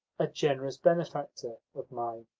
a generous benefactor of mine,